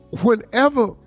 whenever